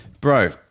Bro